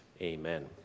Amen